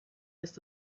ist